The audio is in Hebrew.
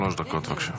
שלוש דקות, בבקשה.